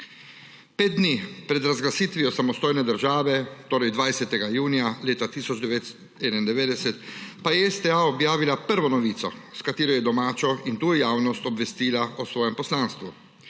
5 dni pred razglasitvijo samostojne države, torej 20. junija, leta 1991, pa je STA objavila prvo novico, s katero je domačo in tujo javnost obvestila o svojem poslanstvu